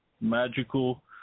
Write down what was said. magical